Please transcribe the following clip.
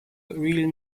real